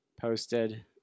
posted